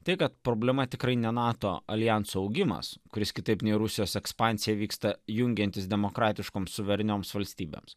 tai kad problema tikrai ne nato aljanso augimas kuris kitaip nei rusijos ekspansija vyksta jungiantis demokratiškoms suverenioms valstybėms